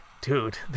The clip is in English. dude